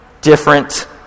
different